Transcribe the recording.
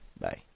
Bye